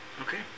Okay